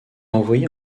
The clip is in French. envoyé